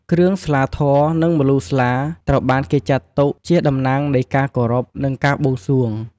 គ្រឿងស្លាធម៌ និងម្លូស្លា ត្រូវបានគេចាត់ទុកជា តំណាងនៃការគោរព និង ការបួងសួង។